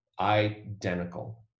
identical